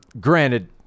Granted